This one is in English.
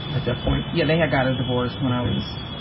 at that point? yeah, they had got a divorce when i was,